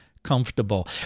comfortable